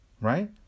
Right